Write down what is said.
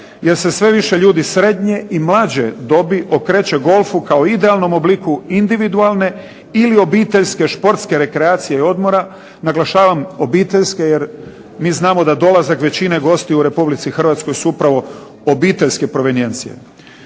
jer se sve više ljudi srednje i mlađe dobi okreće golfu kao idealnom obliku individualne ili obiteljske športske rekreacije i odmora. Naglašavam obiteljske, jer mi znamo da dolazak većine gostiju u Republici Hrvatskoj su upravo obiteljske provenijencije